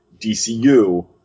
DCU